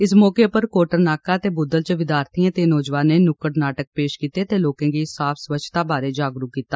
इस मौके उप्पर कोटरनाका ते बुद्दल च विद्यार्थिए ते नौजवानें नुक्कड़ नाटक पेश कीता ते लोकें गी साफ स्वच्छता बारे जागरूक कीता